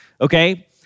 okay